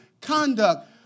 conduct